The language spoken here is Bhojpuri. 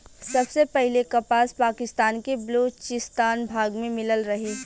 सबसे पहिले कपास पाकिस्तान के बलूचिस्तान भाग में मिलल रहे